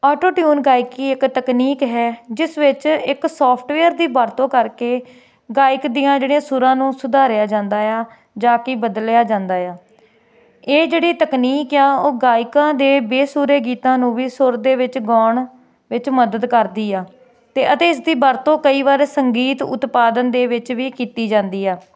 auto tune ਗਾਇਕੀ ਇਕ ਤਕਨੀਕ ਹੈ ਜਿਸ ਵਿੱਚ ਇੱਕ ਸੋਫਟਵੇਅਰ ਦੀ ਵਰਤੋਂ ਕਰਕੇ ਗਾਇਕ ਦੀਆਂ ਜਿਹੜੀਆਂ ਸੁਰਾਂ ਨੂੰ ਸੁਧਾਰਿਆ ਜਾਂਦਾ ਆ ਜਾ ਕਿ ਬਦਲਿਆ ਜਾਂਦਾ ਆ ਇਹ ਜਿਹੜੀ ਤਕਨੀਕ ਆ ਉਹ ਗਾਇਕਾਂ ਦੇ ਬੇਸੁਰੇ ਗੀਤਾਂ ਨੂੰ ਵੀ ਸੁਰ ਦੇ ਵਿੱਚ ਗਾਉਣ ਵਿੱਚ ਮਦਦ ਕਰਦੀ ਆ ਅਤੇ ਅਤੇ ਇਸਦੀ ਵਰਤੋਂ ਕਈ ਵਾਰ ਸੰਗੀਤ ਉਤਪਾਦਨ ਦੇ ਵਿੱਚ ਵੀ ਕੀਤੀ ਜਾਂਦੀ ਆ